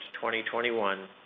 2021